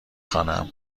خوانم